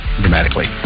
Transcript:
dramatically